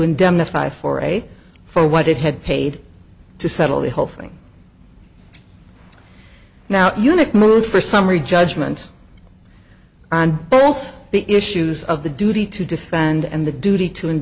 indemnify for a for what it had paid to settle the whole thing now unic mood for summary judgment on both the issues of the duty to defend and the duty to in